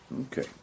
Okay